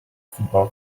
football